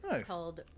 called